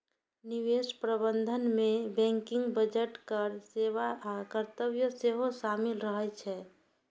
निवेश प्रबंधन मे बैंकिंग, बजट, कर सेवा आ कर्तव्य सेहो शामिल रहे छै